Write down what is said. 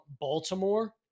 Baltimore